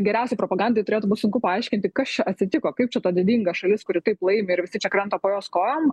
geriausiai propagandai turėtų būt sunku paaiškinti kas čia atsitiko kaip čia ta didinga šalis kuri kaip laimi ir visi čia krenta po jos kojom